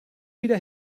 wieder